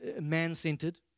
man-centered